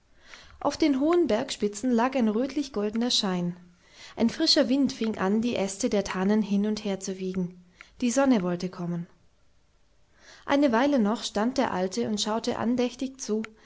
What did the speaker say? auf den hohen bergspitzen lag ein rötlich goldener schein ein frischer wind fing an die äste der tannen hin und her zu wiegen die sonne wollte kommen eine weile noch stand der alte und schaute andächtig zu